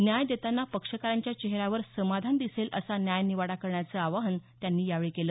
न्याय देतांना पक्षकारांच्या चेहऱ्यावर समाधान दिसेल असा न्याय निवाडा करण्याचं आवाहन त्यांनी यावेळी केलं